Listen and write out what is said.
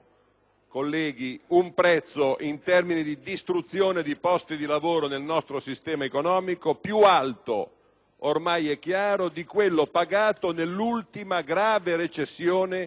colleghi, un prezzo, in termini di distruzione di posti di lavoro nel nostro sistema economico, più alto - ormai è chiaro - di quello pagato nell'ultima grave recessione